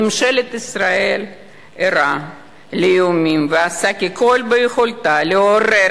ממשלת ישראל ערה לאיומים ועושה כל שביכולתה לעורר